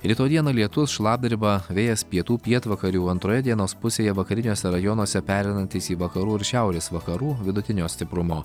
rytoj dieną lietus šlapdriba vėjas pietų pietvakarių antroje dienos pusėje vakariniuose rajonuose pereinantis į vakarų ir šiaurės vakarų vidutinio stiprumo